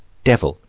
devil,